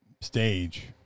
stage